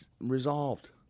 resolved